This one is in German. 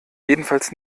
jedenfalls